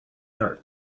art